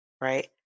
right